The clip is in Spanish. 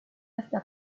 hasta